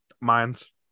minds